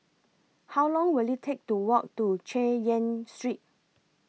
How Long Will IT Take to Walk to Chay Yan Street